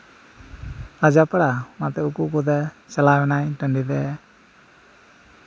ᱞᱟᱡᱟᱯᱟᱲᱟ ᱚᱱᱟᱛᱮ ᱩᱠᱩ ᱩᱠᱩᱛᱮ ᱪᱟᱞᱟᱣ ᱮᱱᱟᱭ ᱴᱟᱺᱰᱤᱛᱮ